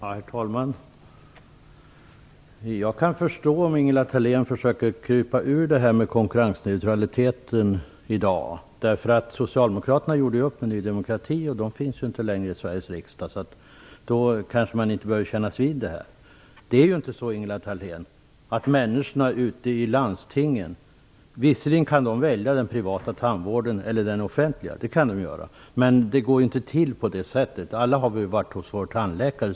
Herr talman! Jag kan förstå Ingela Thalén om hon i dag försöker krypa ur det här med konkurrensneutraliteten. Socialdemokraterna gjorde ju upp med Ny demokrati, som inte längre finns i Sveriges riksdag - därmed behöver man kanske inte kännas vid detta. Visserligen kan människorna ute i landstingen välja mellan privat och offentlig tandvård. Men det går inte till på det sättet, Ingela Thalén! Alla har vi varit hos tandläkaren.